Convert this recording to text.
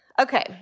Okay